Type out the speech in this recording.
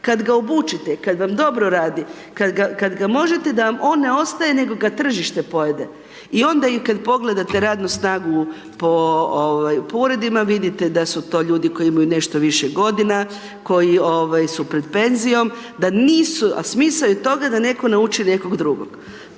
kad ga obučite, kad vam dobro radi, kad ga možete da vam on ne ostaje nego ga tržište pojede. I onda i kad pogledate radnu snagu po ovaj po uredima vidite da su to ljudi koji imaju nešto više godina, koji ovaj su pred penzijom, da nisu, a smisao je toga da neko nauči nekog drugog.